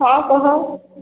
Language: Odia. ହଁ କହ